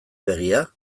begia